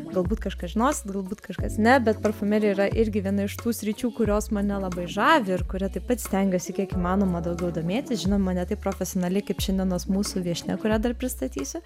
galbūt kažkas žinosit galbūt kažkas ne bet parfumerija yra irgi viena iš tų sričių kurios mane labai žavi ir kuria taip pat stengiuosi kiek įmanoma daugiau domėtis žinoma ne taip profesionaliai kaip šiandienos mūsų viešnia kurią dar pristatysiu